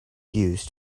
used